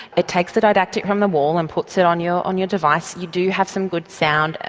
it takes the didactic from the wall and puts it on your on your device, you do have some good sound,